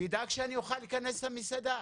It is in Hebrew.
שידאג שאני אוכל להיכנס למסעדה.